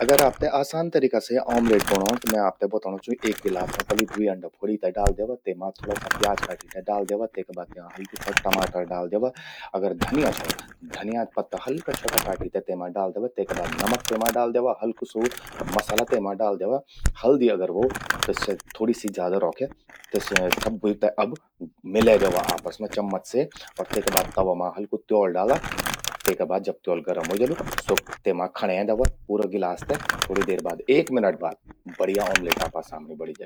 अगर आपते आसाम तरिका से ऑमलेट बणौण त मै आपते बतौणूं छूं। एक गिलास मां पलि द्वी अंडा फ्वोड़ि ते डाल द्यवा। तेमा थोड़ा सा प्याज काटी ते डाल द्यवा। तेका बाद तेमा हल्कू सा टमाटर डाल द्यवा। अगर धनिया छौ, धनिया पत्ता हल्का छ्वटा काटी ते तेमा डाल द्यवा। तेका बाद नमक तेमा डाल द्यवा। हल्कू सू मसला तेमा डाल द्यवा। हल्दी अगर व्हो त स्या थोड़ी सी ज्यादा रौख्या। सब्बूं ते अब मिले द्यवा आपस मां चम्मच से और तेका बाद तवा मां हल्कू त्योल डाला।। तेका बाद त्योल जब गरम व्हे जलु, तेमा खण्ये द्यवा पूरा गिलास ते। थोड़ी देर बाद, एक मिनट बाद बढ़िया ऑमलेट आपा सामणि बणि जलि।